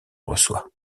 reçoit